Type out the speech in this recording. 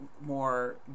more